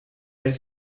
elle